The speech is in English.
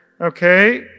okay